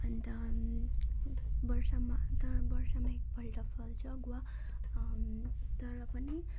अन्त वर्षमा तर वर्षमा एक पल्ट फल्छ गुवा तर पनि